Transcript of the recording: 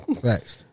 Facts